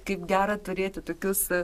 kaip gera turėti tokius